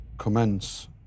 commence